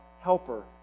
helper